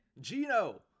Gino